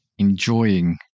Enjoying